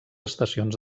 estacions